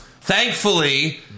Thankfully